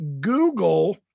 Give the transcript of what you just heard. Google